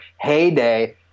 heyday